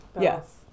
yes